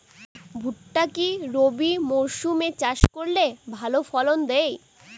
ভুট্টা কি রবি মরসুম এ চাষ করলে ভালো ফলন দেয়?